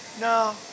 No